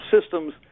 systems